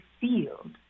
field